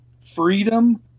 freedom